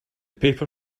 paper